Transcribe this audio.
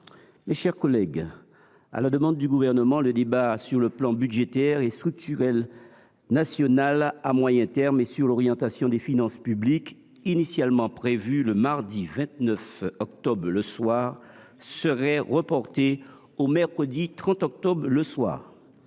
Mes chers collègues, à la demande du Gouvernement, le débat sur le plan budgétaire et structurel national à moyen terme et sur l’orientation des finances publiques, initialement prévu le mardi 29 octobre le soir, serait reporté au mercredi 30 octobre le soir.